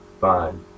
Fine